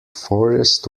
forest